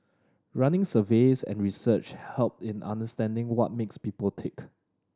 running surveys and research help in understanding what makes people tick